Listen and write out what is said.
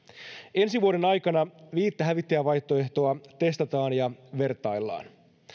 ensi vuoden aikana viittä hävittäjävaihtoehtoa testataan ja vertaillaan